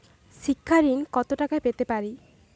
শিক্ষা ঋণ কত টাকা পেতে পারি?